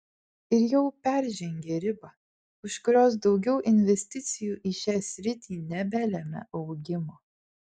ir jau peržengė ribą už kurios daugiau investicijų į šią sritį nebelemia augimo